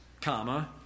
comma